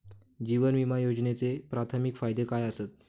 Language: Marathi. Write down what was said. जीवन विमा योजनेचे प्राथमिक फायदे काय आसत?